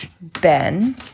Ben